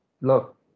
look